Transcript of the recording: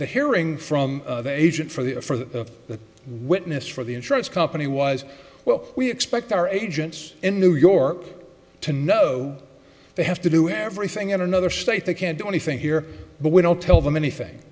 the hearing from agent for the for the witness for the insurance company was well we expect our agents in new york to know they have to do everything in another state they can't do anything here but we don't tell them anything